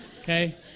okay